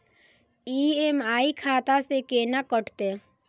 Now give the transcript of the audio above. EMI खाता से केना कटते?